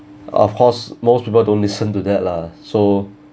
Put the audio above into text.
of course most people don't listen to that lah so